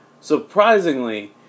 surprisingly